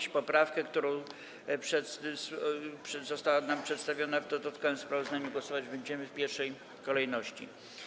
Nad poprawką, która została nam przedstawiona w dodatkowym sprawozdaniu, głosować będziemy w pierwszej kolejności.